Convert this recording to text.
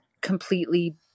completely